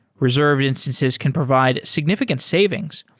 reserved instances can provide significant savings,